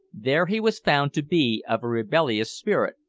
there he was found to be of a rebellious spirit,